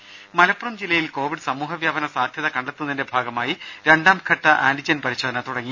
രുര മലപ്പുറം ജില്ലയിൽ കോവിഡ് സമൂഹവ്യാപന സാധ്യത കണ്ടെത്തുന്നതിന്റെ ഭാഗമായി രണ്ടാംഘട്ട ആന്റിജൻ പരിശോധന തുടങ്ങി